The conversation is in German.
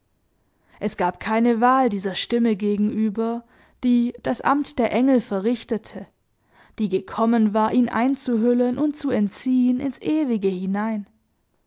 es gab keine wahl dieser stimme gegenüber die das amt der engel verrichtete die gekommen war ihn einzuhüllen und zu entziehen ins ewige hinein